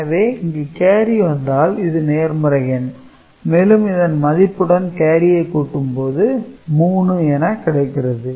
எனவே இங்கு கேரி வந்தால் இது நேர்மறை என மேலும் இதன் மதிப்புடன் கேரியை கூட்டும் போது 3 என கிடைக்கிறது